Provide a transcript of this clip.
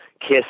KISS